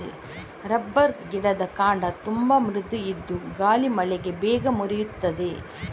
rubber ಗಿಡದ ಕಾಂಡ ತುಂಬಾ ಮೃದು ಇದ್ದು ಗಾಳಿ ಮಳೆಗೆ ಬೇಗ ಮುರೀತದೆ